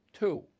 Two